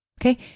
Okay